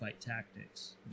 Tactics